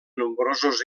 nombrosos